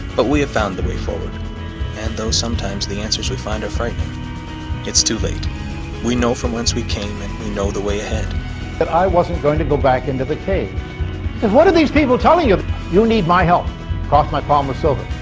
but we have found the way forward and though sometimes the answers we find are frightening it's too late we know from whence we came and we know the way ahead that i wasn't going to go back into the cave and what are these people telling you you need my help cross my palm with silver.